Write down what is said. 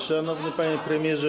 Szanowny Panie Premierze!